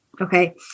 Okay